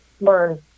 learn